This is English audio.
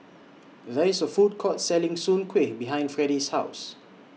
There IS A Food Court Selling Soon Kueh behind Freddy's House